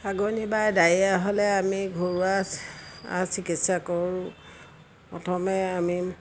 হাগনি বা ডায়েৰিয়া হ'লে আমি ঘৰুৱা চিকিৎসা কৰোঁ প্ৰথমে আমি